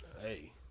Hey